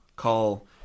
call